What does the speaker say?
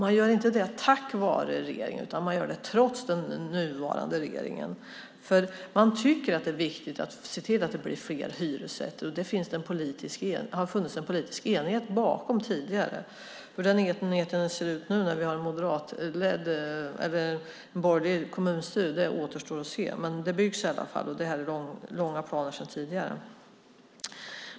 Man gör inte det tack vare regeringen, utan man gör det trots den nuvarande regeringen, för man tycker att det är viktigt att se till att det blir fler hyresrätter. Det har det funnits en politisk enighet bakom tidigare. Hur den enigheten ser ut nu när vi har ett borgerligt kommunstyre återstår att se, men det byggs i alla fall, och det här är långsiktiga planer sedan tidigare.